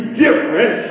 different